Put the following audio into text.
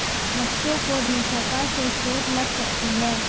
बच्चों को दोशाखा से चोट लग सकती है